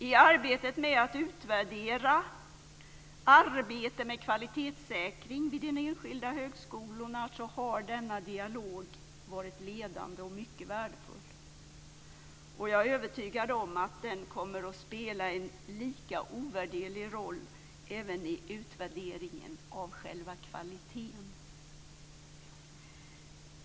I arbetet med att utvärdera arbetet med kvalitetssäkring vid de enskilda högskolorna har denna dialog varit ledande och mycket värdefull. Jag är övertygad om att den kommer att spela en lika ovärderlig roll även i utvärderingen av själva kvaliteten.